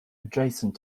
adjacent